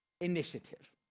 initiative